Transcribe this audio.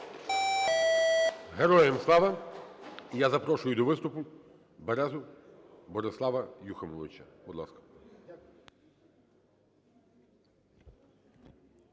Героям слава! Я запрошую до виступу Березу Борислава Юхимовича. Будь ласка.